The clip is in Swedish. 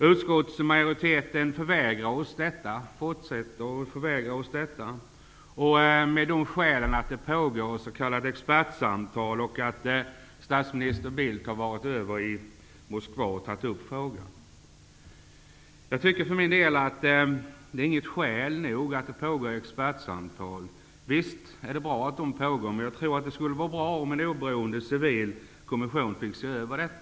Utskottsmajoriteten fortsätter att förvägra oss detta med motiveringen att det pågår s.k. expertsamtal och att statsminister Bildt har varit i Moskva och tagit upp frågan. Jag tycker för min del att det faktum att det pågår expertsamtal inte är ett tillräckligt skäl att inte tillsätta en kommission. Visst är det bra att de pågår, men jag tror att det skulle vara bra om en oberoende civil kommission fick se över frågan.